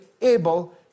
able